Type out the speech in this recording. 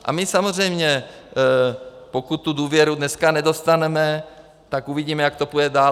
A samozřejmě pokud tu důvěru dneska nedostaneme, tak uvidíme, jak to půjde dál.